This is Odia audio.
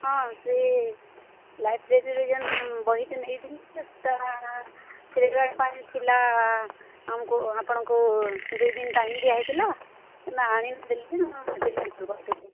ହଁ ସେ ଲାଇବ୍ରେରୀରେ ଯେନ୍ ବହିଟେ ନେଇଥିଲେ ସେଟା ଫେରାଇବା ପାଇଁ ଥିଲା ଆମକୁ ଆପଣଙ୍କୁ ଦୁଇ ଦିନ ଟାଇମ୍ ଦିଆହେଇଥିଲା ନା ଆଣିଦେଲନି ତ ସେଥିପାଇଁ କଲ୍ କରିଥିଲି